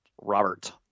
Robert